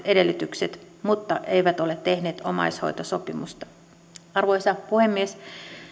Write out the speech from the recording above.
edellytykset mutta eivät ole tehneet omaishoitosopimusta arvoisa puhemies